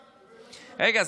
רגע,